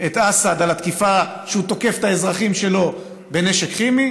את אסד על התקיפה שהוא תוקף את האזרחים שלו בנשק כימי,